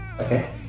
Okay